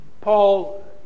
Paul